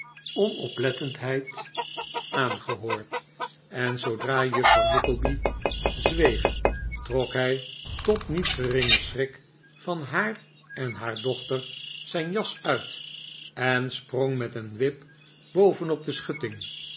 onoplettendheid aangehoord en zoodra juffrouw nickleby zweeg trok hij tot niet geringen schrik van haar en haar dochter zijn jas uit en sprong met een wip boven op de schutting